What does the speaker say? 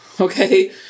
okay